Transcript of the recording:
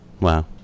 Wow